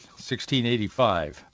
1685